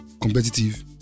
competitive